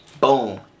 Boom